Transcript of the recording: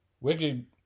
Wicked